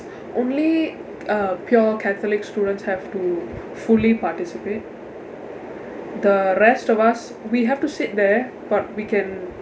only uh pure catholic students have to fully participate the rest of us we have to sit there but we can